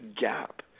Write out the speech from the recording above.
gap